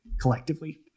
collectively